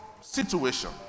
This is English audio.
situation